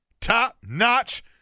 Top-notch